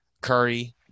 Curry